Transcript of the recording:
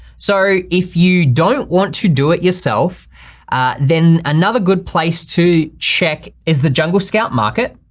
so if you don't want to do it yourself then another good place to check is the jungle scout market.